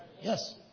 Yes